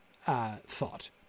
thought